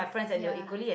ya